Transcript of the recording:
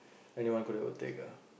anyone could ever take ah